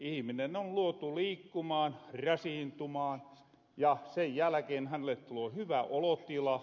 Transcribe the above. ihiminen on luotu liikkumaan rasiintumaan ja sen jälkeen hänelle tuloo hyvä olotila